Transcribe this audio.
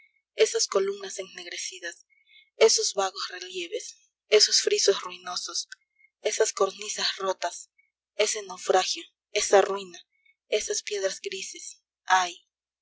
esas columnas ennegrecidas esos vagos relieves esos frisos ruinosos esas cornisas rotas ese naufragio esa ruina esas piedras grises ay